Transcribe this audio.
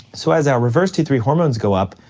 so as our reverse t three hormones go up,